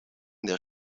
their